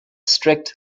strict